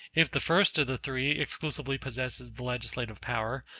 if the first of the three exclusively possesses the legislative power,